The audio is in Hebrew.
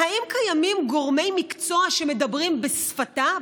האם קיימים גורמי מקצוע שמדברים בשפתה,